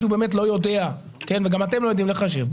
הוא באמת לא יודע וגם אתם לא יודעים לחשב.